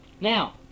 Now